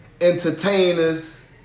entertainers